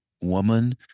Woman